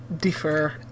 defer